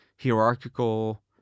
hierarchical